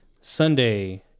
Sunday